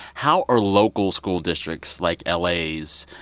how are local school districts, like la's,